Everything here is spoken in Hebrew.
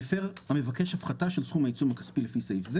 מפר המבקש הפחתה של סכום העיצום הכספי לפי סעיף זה,